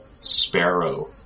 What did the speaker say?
sparrow